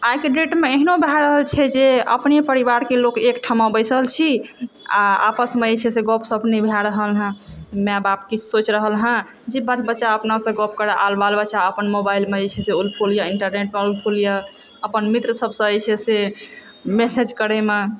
आइके डेटमे एहनो भए रहल छै जे अपने परिवारके लोक एकठमा बैसल छी आओर आपसमे जे छै से गपशप नहि भए रहल हँ माय बाप किछु सोचि रहल हँ जे बाल बच्चा अपनासँ गप करै आओर बाल बच्चा अपन मोबाइलमे जे छै से ओल पोल या इण्टरनेट खोलने यऽ अपन मित्र सबसँ जे छै से मैसेज करैमे